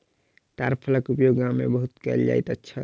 ताड़ फलक उपयोग गाम में बहुत कयल जाइत छल